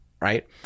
right